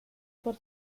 por